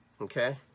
okay